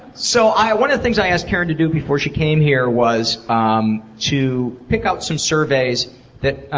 so i. one of the things i asked karen to do before she came here was um to pick out some surveys that